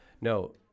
No